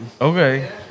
Okay